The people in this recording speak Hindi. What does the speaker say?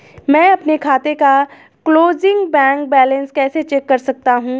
मैं अपने खाते का क्लोजिंग बैंक बैलेंस कैसे चेक कर सकता हूँ?